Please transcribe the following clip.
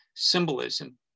symbolism